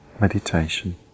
meditation